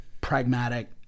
pragmatic